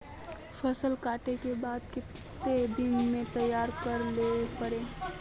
फसल कांटे के बाद कते दिन में तैयारी कर लेले पड़ते?